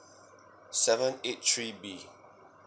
seven eight three B